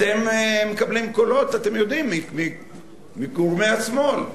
אתם מקבלים קולות, אתם יודעים, מגורמי השמאל.